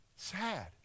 Sad